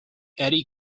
eddy